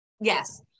Yes